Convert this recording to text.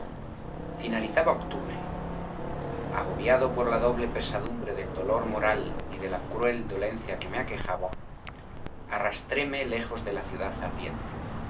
finalizaba octubre agobiado por la doble pesadumbre del dolor moral y de la cruel dolencia que me aquejaba arrastróme lejos de la ciudad